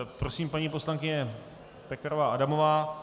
Prosím, paní poslankyně Pekarová Adamová.